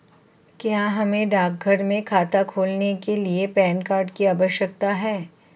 क्या हमें डाकघर में खाता खोलने के लिए पैन कार्ड की आवश्यकता है?